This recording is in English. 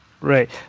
Right